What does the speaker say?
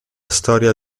storia